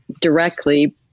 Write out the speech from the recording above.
directly